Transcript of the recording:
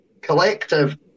collective